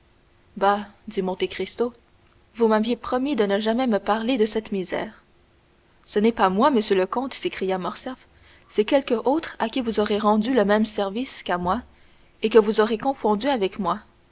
dit monte cristo vous m'aviez promis de ne jamais me parler de cette misère ce n'est pas moi monsieur le comte s'écria morcerf c'est quelque autre à qui vous aurez rendu le même service qu'à moi et que vous aurez confondu avec moi